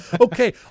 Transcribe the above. Okay